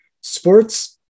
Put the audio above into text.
sports